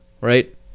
right